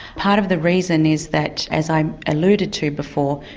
part of the reason is that as i alluded to before,